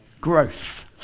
Growth